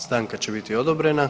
Stanka će biti odobrena.